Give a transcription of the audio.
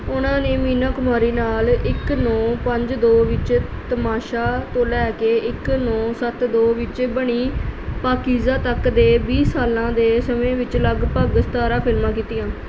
ਉਨ੍ਹਾਂ ਨੇ ਮੀਨਾ ਕੁਮਾਰੀ ਨਾਲ ਇੱਕ ਨੌਂ ਪੰਜ ਦੋ ਵਿੱਚ ਤਮਾਸ਼ਾ ਤੋਂ ਲੈ ਕੇ ਇੱਕ ਨੌਂ ਸੱਤ ਦੋ ਵਿੱਚ ਬਣੀ ਪਾਕੀਜ਼ਾ ਤੱਕ ਦੇ ਵੀਹ ਸਾਲਾਂ ਦੇ ਸਮੇਂ ਵਿੱਚ ਲਗਭਗ ਸਤਾਰਾਂ ਫਿਲਮਾਂ ਕੀਤੀਆਂ